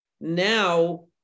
Now